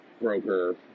broker